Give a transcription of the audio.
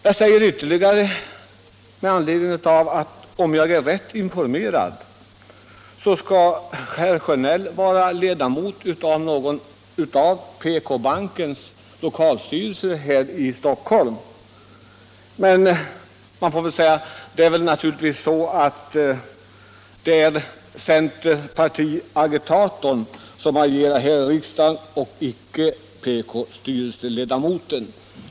Jag säger detta också med anledning av att herr Sjönell, om jag är riktigt informerad, är ledamot av någon av PK bankens lokalstyrelser här i Stockholm. Men det är väl så, att det är centerpartiagitatorn som agerar i riksdagen och inte PK-banksstyrelseledamoten.